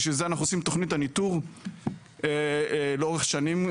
בשביל זה אנחנו עושים את תוכנית הניטור לאורך שנים,